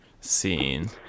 scene